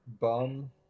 bum